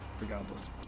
regardless